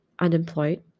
unemployed